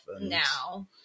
now